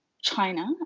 China